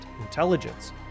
intelligence